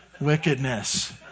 Wickedness